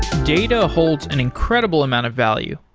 data holds an incredible amount of value,